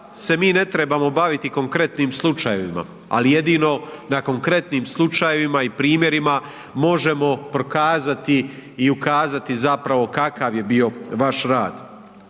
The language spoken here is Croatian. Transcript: se mi ne trebamo baviti konkretnim slučajevima, ali jedino na konkretnim slučajevima i primjerima možemo prokazati i ukazati zapravo kakav je bio vaš rad.